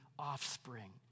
offspring